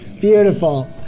Beautiful